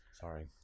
sorry